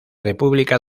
república